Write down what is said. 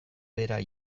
behera